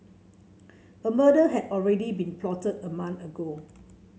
a murder had already been plotted a month ago